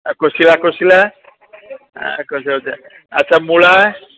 କୋଶିଳା କୋଶିଳା କୋଶିଳା ଆଚ୍ଛା ମୂଳା